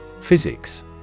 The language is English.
Physics